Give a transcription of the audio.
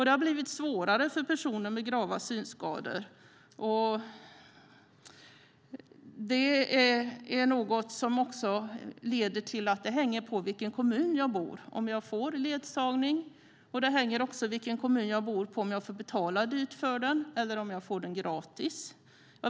Det har blivit svårare för personer med grava synskador, och det hänger på vilken kommun jag bor i om jag får ledsagning. Det hänger också på vilken kommun jag bor i om jag får betala dyrt för ledsagningen eller om jag får den gratis.